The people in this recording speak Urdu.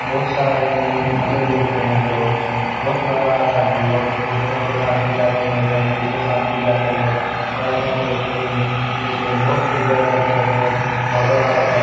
بہت سارے مزے لوٹتے ہیں ہم لوگ بہت مزہ آتا ہے ہم لوگ دوستوں کے ساتھ بھی جاتے ہیں فیملی کے ساتھ بھی جاتے ہیں بائکوں پہ پورے مل کے بہت انجوائے کرتے ہیں وغیرہ وغیرہ